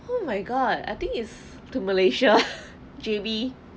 oh my god I think it's to malaysia J_B